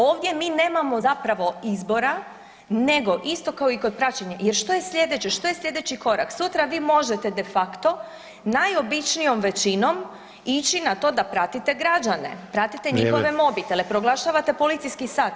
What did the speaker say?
Ovdje mi nemamo zapravo izbora, nego isto kao i kod praćenja, jer što je slijedeće, što je slijedeći korak, sutra vi možete de facto najobičnijom većinom ići na to da pratite građane, pratite njihove mobitele [[Upadica: Vrijeme.]] proglašavate policijski sat.